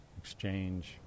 exchange